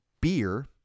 beer